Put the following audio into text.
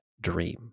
dream